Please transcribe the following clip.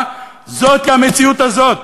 זאת המציאות הזאת,